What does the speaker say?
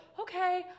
Okay